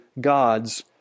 God's